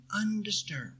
undisturbed